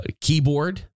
keyboard